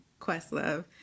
Questlove